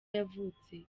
yavutse